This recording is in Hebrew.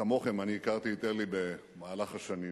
כמוכם, הכרתי את אלי במהלך השנים.